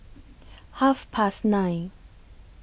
Half Past nine